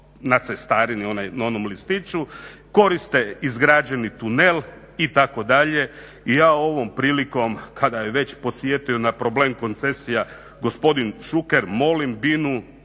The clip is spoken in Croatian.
na cestarini na onom mostiću, koriste izgrađeni tunel itd. I ja ovom prilikom kada je već podsjetio na problem koncesija gospodin Šuker molim BINA